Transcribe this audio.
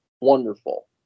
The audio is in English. wonderful